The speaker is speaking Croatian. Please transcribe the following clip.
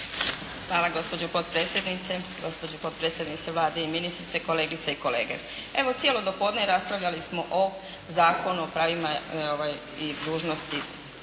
Gospođo potpredsjednice Vlade i ministrice, kolegice i kolege. Evo cijelo dopodne raspravljali smo o Zakonu o pravima i dužnostima